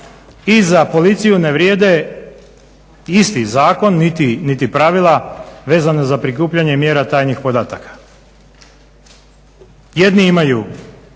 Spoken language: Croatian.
i za policiju ne vrijede isti zakon niti pravila vezano za prikupljanje mjera tajnih podataka. Jednima